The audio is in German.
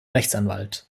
rechtsanwalt